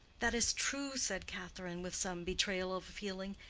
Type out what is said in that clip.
that is true, said catherine, with some betrayal of feeling.